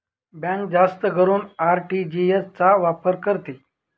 bank जास्त करून RTGS चा वापर करते